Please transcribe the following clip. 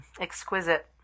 exquisite